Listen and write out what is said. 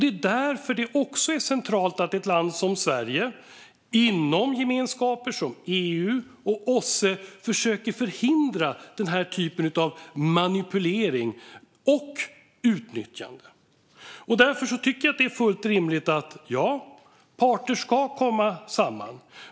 Det är därför det också är centralt att ett land som Sverige inom gemenskaper som EU och OSSE försöker förhindra den här typen av manipulering och utnyttjande. Därför tycker jag att det är fullt rimligt att parter ska komma samman.